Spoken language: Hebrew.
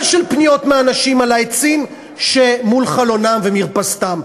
של פניות מאנשים על העצים שמול חלונם ומרפסתם.